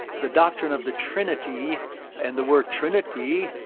the doctrine of the trinity and the word trinity,